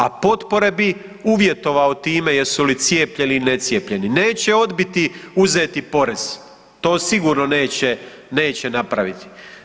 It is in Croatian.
A potpore bi uvjetovao time jesu li cijepljeni ili necijepljeni, neće odbiti uzeti porez, to sigurno neće napraviti.